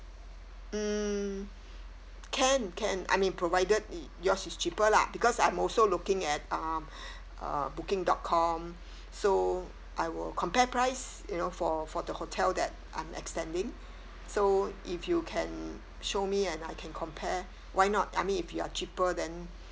mm can can I mean provided y~ yours is cheaper lah because I'm also looking at um uh booking dot com so I will compare price you know for for the hotel that I'm extending so if you can show me and I can compare why not I mean if you're cheaper then